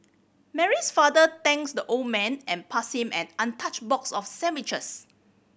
Mary's father thanked the old man and passed him an untouched box of sandwiches